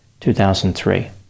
2003